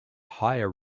higher